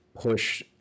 push